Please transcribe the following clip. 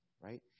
right